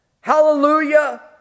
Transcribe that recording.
Hallelujah